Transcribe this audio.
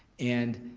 and